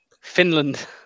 Finland